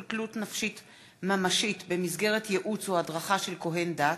תלות נפשית ממשית במסגרת ייעוץ או הדרכה של כוהן דת),